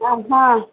हँ